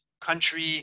country